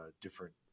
different